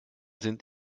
sind